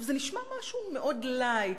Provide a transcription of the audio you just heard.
זה נשמע משהו מאוד לייט,